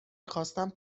میخواستم